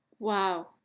Wow